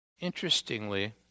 Interestingly